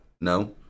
No